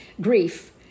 grief